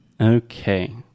Okay